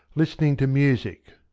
listening to musick.